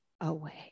away